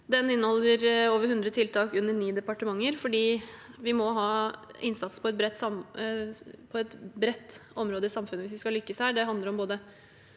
Den inneholder over 100 tiltak under 9 departementer, for vi må ha innsats på et bredt område i samfunnet hvis vi skal lykkes her.